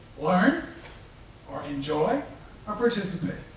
or or enjoy or participate.